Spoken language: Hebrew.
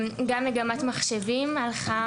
גם מגמת מחשבים יזמה